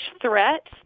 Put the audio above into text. threat